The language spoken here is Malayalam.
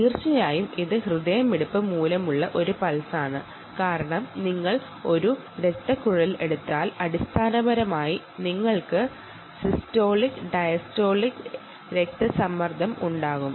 തീർച്ചയായും ഇത് ഹൃദയമിടിപ്പ് മൂലമുള്ള ഒരു പൾസാണ് കാരണം നിങ്ങൾ ഒരു രക്തക്കുഴൽ എടുത്താൽ അടിസ്ഥാനപരമായി നിങ്ങൾക്ക് സിസ്റ്റോളിക് ഡയസ്റ്റോളിക് രക്തസമ്മർദ്ദം ഉണ്ടാവും